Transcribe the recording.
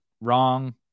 wrong